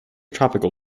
tropical